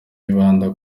yibanda